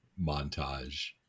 montage